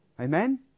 Amen